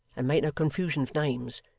and make no confusion of names.